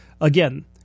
again